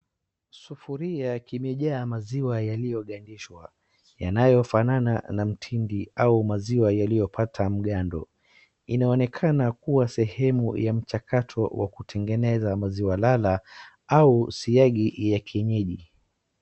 Sufuria kimejaa maziwa yaiyogandishwa, yanayofanana na mtindi au maziwa yaliyopata mgando, inaonekana kuwa sehemu ya mchakato wa kutengeneza maziwa lala au siagi ya kienyeji.